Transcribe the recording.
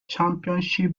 championship